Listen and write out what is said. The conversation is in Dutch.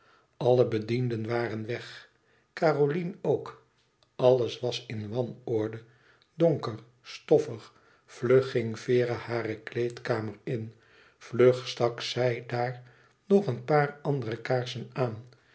alle bedienden waren weg caroline ook alles was in wanorde donker stoffig vlug ging vera hare kleedkamer in vlug stak zij daar nog een paar andere kaarsen aan